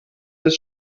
des